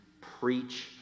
Preach